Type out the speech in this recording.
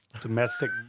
Domestic